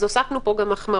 אז הוספנו פה גם החמרות.